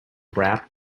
wrapped